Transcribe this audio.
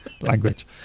language